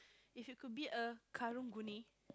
if you could be a karang-guni